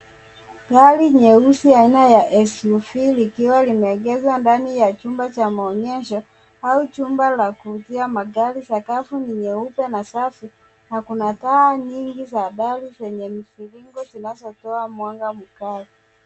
Gari nyeusi aina la SUV likiwa limeegeshwa ndani ya chumba cha maonyesho au chumba la kuuzia magari. Sakafu ni nyeupe na safi na kuna taa nyingi za dari zenye miviringo zinazotoa mwanga mkali.